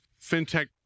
fintech